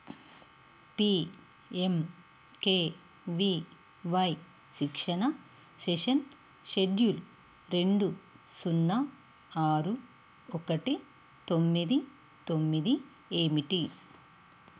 P M K V Y శిక్షణ session schedule రెండు సున్నా ఆరు ఒకటి తొమ్మిది తొమ్మిది ఏమిటి